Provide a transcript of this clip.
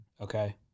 Okay